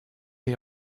est